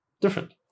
different